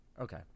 Okay